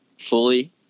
fully